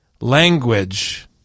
language